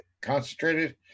concentrated